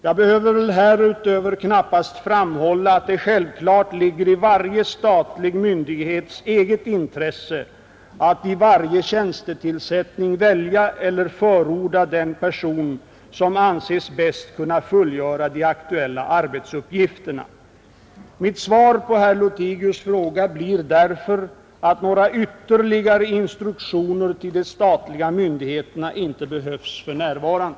Jag behöver väl härutöver knappast framhålla att det självklart ligger i varje statlig myndighets eget intresse att vid varje tjänstetillsättning välja eller förorda den person som anses bäst kunna fullgöra de aktuella arbetsuppgifterna. Mitt svar på herr Lothigius” fråga blir därför att några ytterligare instruktioner till de statliga myndigheterna inte behövs för närvarande.